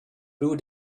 blew